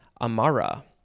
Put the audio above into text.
amara